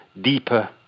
deeper